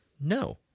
no